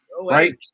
Right